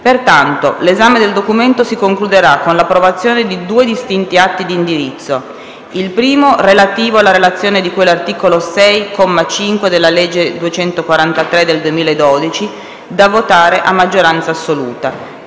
Pertanto, l'esame del documento si concluderà con l'approvazione di due distinti atti di indirizzo: il primo, relativo alla relazione di cui all'articolo 6, comma 5, della legge n. 243 del 2012, da votare a maggioranza assoluta;